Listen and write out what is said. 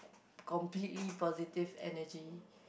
completely positive energy